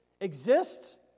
exists